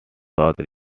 south